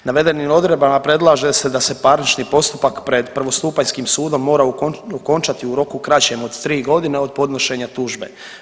Navedenim odredbama predlaže se da se parnični postupak pred prvostupanjskim sudom mora okončati u roku kraćem od tri godine od podnošenja tužbe.